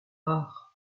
rares